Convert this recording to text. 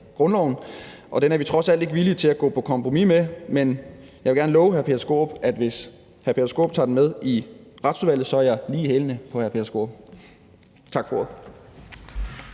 grundloven. Den er vi trods alt ikke villige til at gå på kompromis med, men jeg vil godt love hr. Peter Skaarup, at hvis hr. Peter Skaarup tager det med i Retsudvalget, er jeg lige i hælene på hr. Peter Skaarup. Tak for ordet.